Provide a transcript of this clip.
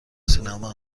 سینما